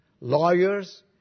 lawyers